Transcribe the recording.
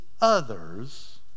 others